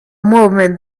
movement